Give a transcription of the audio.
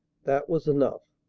that was enough.